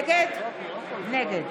נגד